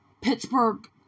Pittsburgh